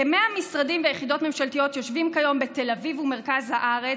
כ-100 משרדים ויחידות ממשלתיות יושבים כיום בתל אביב ובמרכז הארץ,